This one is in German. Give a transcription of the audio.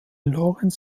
lorenz